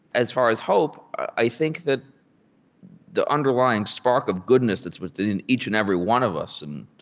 as far as hope, i think that the underlying spark of goodness that's within each and every one of us and